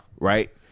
right